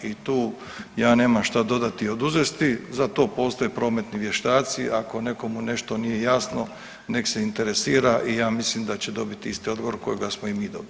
I tu ja nemam što dodati i oduzeti za to postoje prometni vještaci ako nekomu nešto nije jasno nek se interesira i ja mislim da će dobiti isti odgovor kojega smo i mi dobili.